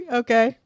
okay